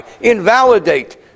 invalidate